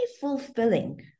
fulfilling